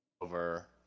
over